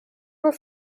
were